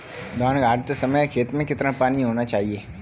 धान गाड़ते समय खेत में कितना पानी होना चाहिए?